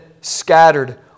scattered